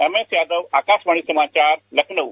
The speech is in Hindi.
एमएसयादव आकाशवाणी समाचार लखनऊ